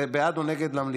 זה בעד או נגד למליאה.